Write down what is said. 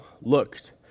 looked